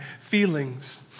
feelings